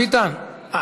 חבר הכנסת ביטן,